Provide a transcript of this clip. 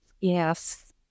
Yes